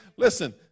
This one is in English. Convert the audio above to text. Listen